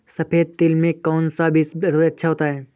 सफेद तिल में कौन सा बीज सबसे अच्छा होता है?